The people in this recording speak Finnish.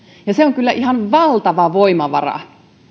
se on kyllä ihan valtava voimavara